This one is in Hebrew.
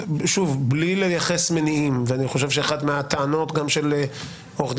שוב בלי לייחס מניעים אני חושב שאחת מהטענות של עו"ד